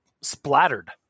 splattered